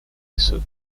несут